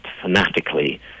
fanatically